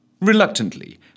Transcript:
Reluctantly